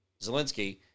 Zelensky